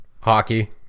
Hockey